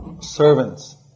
servants